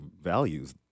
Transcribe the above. values